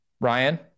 Ryan